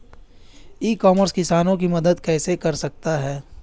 ई commerce किसानों की मदद कैसे कर सकता है?